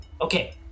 Okay